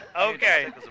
Okay